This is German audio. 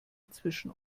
zwischen